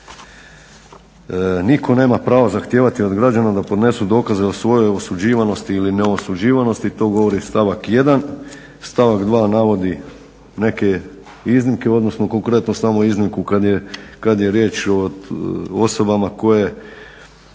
nitko nema pravo zahtijevati od građana da podnesu dokaze o svojoj osuđivanosti ili neosuđivanosti. To govori stavak 1. Stavak 2. navodi neke iznimke, odnosno konkretno samo iznimku kad je riječ o osobama koje